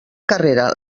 carrera